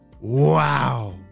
wow